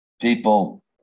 people